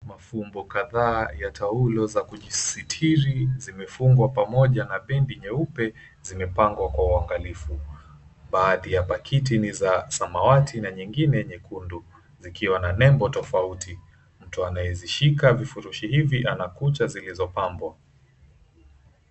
Mafumbo kadhaa ya taulo za kujisitiri zimefungwa pamoja na bendi nyeupe zimepangwa kwa uangalifu. Baadhi ya pakiti ni za samawati na nyengine nyekundu zikiwa na nembo tofauti. Mtu anayezishika vifurushi hivi ana kucha zilizopambwa.